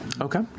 Okay